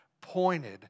pointed